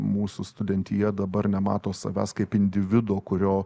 mūsų studentija dabar nemato savęs kaip individo kurio